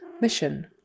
mission